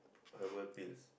herbal pills